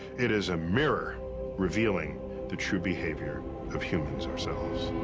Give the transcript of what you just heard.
it is a mirror revealing the true behavior of humans ourselves.